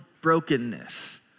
brokenness